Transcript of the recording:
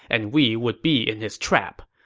and we would be in his trap.